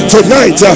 Tonight